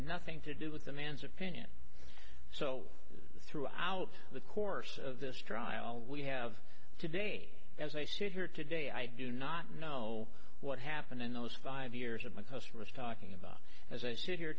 nothing to do with the man's opinion so throughout the course of this trial we have today as i sit here today i do not know what happened in those five years of my post was talking about as i sit here